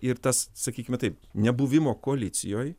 ir tas sakykime taip nebuvimo koalicijoj